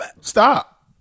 Stop